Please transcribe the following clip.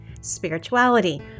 spirituality